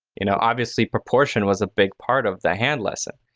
you know, obviously proportion was a big part of the hand lesson.